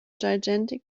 gigantic